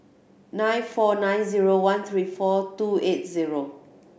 nine four nine zero one three four two eight zero